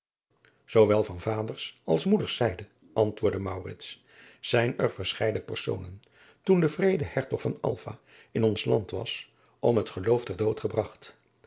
zoowel van vaders als moeders zijde antwoordde maurits zijn'er verscheiden personen toen de wreede hertog van alva in ons land was om het geloof ter dood gebragt